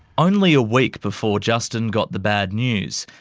only a week before justin got the bad news,